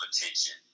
attention